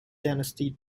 dynasty